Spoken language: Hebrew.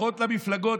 הבטחות למפלגות,